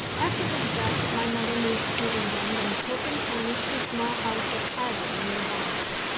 after his death my mother moved to england, and took and furnished a small house at hadley, near barnet.